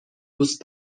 دوست